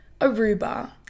Aruba